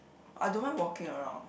I don't mind walking around